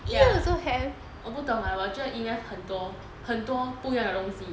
K lah 我不懂 lah 我觉得 E math 很多很多不一样的东西